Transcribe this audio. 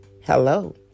Hello